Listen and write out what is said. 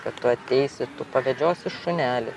kad tu ateisi tu pavedžiosi šunelį